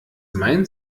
meint